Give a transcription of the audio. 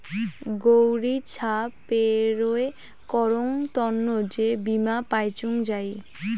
গৌড়ি ছা পেরোয় করং তন্ন যে বীমা পাইচুঙ যাই